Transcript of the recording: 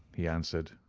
he answered.